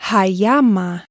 Hayama